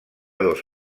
dos